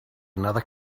another